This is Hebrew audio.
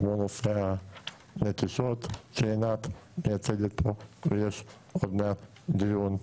כמו נושא הנטישות שעינת מייצגת פה ויש עוד מעט דיון,